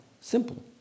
simple